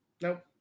nope